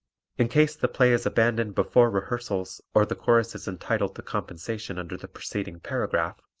in case the play is abandoned before rehearsals or the chorus is entitled to compensation under the preceding paragraph,